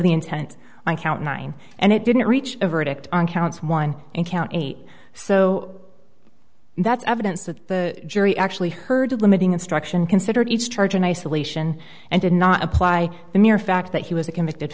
the intent on count nine and it didn't reach a verdict on counts one and count eight so that's evidence that the jury actually heard a limiting instruction considered each charge in isolation and did not apply the mere fact that he was a convicted